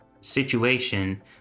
situation